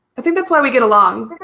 i think that's why we get along.